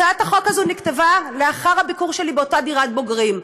הצעת החוק הזאת נכתבה לאחר הביקור שלי באותה דירת בוגרים.